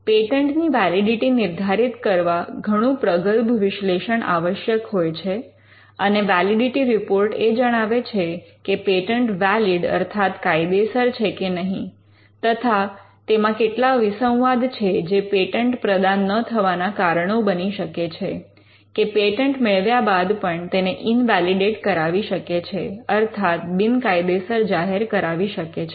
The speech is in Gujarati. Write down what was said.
પેટન્ટની વૅલિડિટિ નિર્ધારિત કરવા ઘણું વિશિષ્ઠ વિશ્લેષણ આવશ્યક હોય છે અને વૅલિડિટિ રિપોર્ટ એ જણાવે છે કે પેટન્ટ વૅલિડ અર્થાત કાયદેસર છે કે નહીં તેમાં કેટલા વિસંવાદ છે જે પેટન્ટ પ્રદાન ન થવાના કારણો બની શકે છે કે પેટન્ટ મેળવ્યા બાદ પણ તેને ઇન્વૅલિડેટ કરાવી શકે છે અર્થાત બિનકાયદેસર જાહેર કરાવી શકે છે